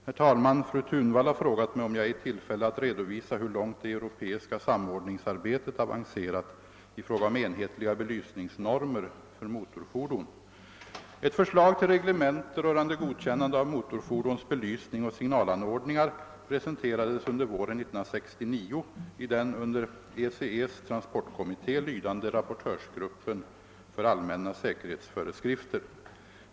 Herr talman! Fru Thunvall har frågat mig, om jag är i tillfälle att redovisa hur långt det europeiska samordningsarbetet avancerat i fråga om enhetliga belysningsnormer för motorfordon. Ett förslag till reglemente rörande godkännande av motorfordons belysning och signalanordningar presenterades under våren 1969 i den under ECE:s transportkommitté lydande rapportörsgruppen för allmänna säkerhetsföreskrifter.